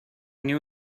new